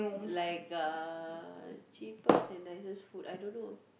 like uh cheapest and nicest food I don't know